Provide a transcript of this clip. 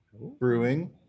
Brewing